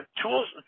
tools